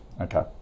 Okay